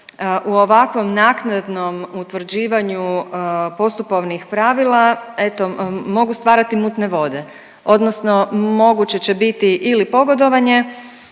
u ovakvom naknadnom utvrđivanju postupovnih pravila, eto mogu stvarati mutne vode odnosno moguće će biti ili pogodovanje